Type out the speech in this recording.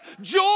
joy